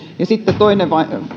ja sitten toinen